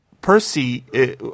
Percy